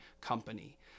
company